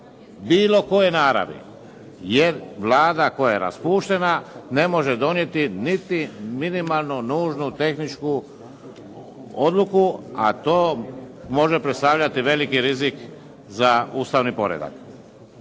bilo koje naravi jer Vlada koja je raspuštena ne može donijeti niti minimalno nužnu tehničku odluku a to može predstavljati veliki rizik za ustavni poredak.